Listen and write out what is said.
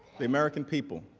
the american people.